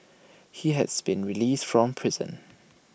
he has been released from prison